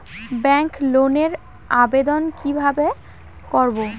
Bank লোনের আবেদন কি কিভাবে করব?